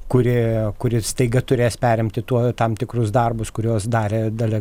kuri kuri staiga turės perimti tuo tam tikrus darbus kuriuos darė dalia